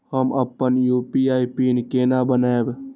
हम अपन UPI pin केना बनैब?